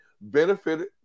benefited